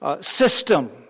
system